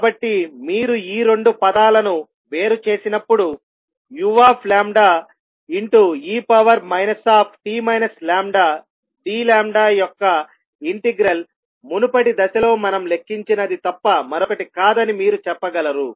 కాబట్టి మీరు ఈ రెండు పదాలను వేరుచేసినప్పుడు ue t d యొక్క ఇంటెగ్రల్ మునుపటి దశలో మనం లెక్కించినది తప్ప మరొకటి కాదని మీరు చెప్పగలరు